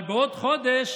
אבל בעוד חודש